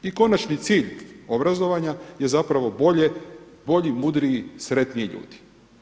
I konačni cilj obrazovanja je zapravo bolji, mudriji, sretniji ljudi.